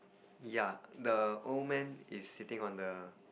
yeah the old man is sitting on the